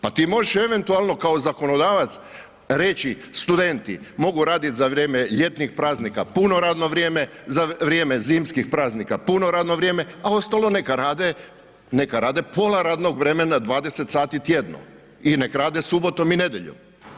Pa ti možeš eventualno kao zakonodavac reći studenti mogu radit za vrijeme ljetnih praznika puno vrijeme, za vrijeme zimskih praznika puno radno vrijeme, a ostalo neka rade pola radnog vremena, 20 sati tjedno i nek rade subotom i nedjeljom.